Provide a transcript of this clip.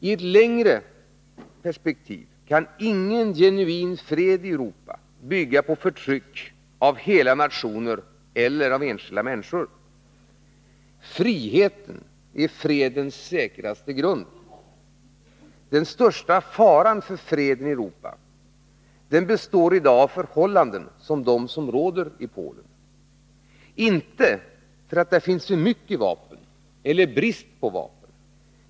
I ett längre perspektiv kan ingen genuin fred i Europa bygga på förtryck av hela nationer eller av enskilda människor. Friheten är fredens säkraste grund. Den största faran för freden i Europa, den består i dag av förhållanden som de som råder i Polen. Inte för att där finns för mycket vapen eller brist på vapen.